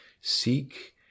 Seek